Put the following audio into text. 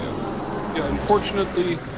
Unfortunately